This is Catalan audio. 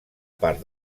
part